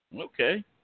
Okay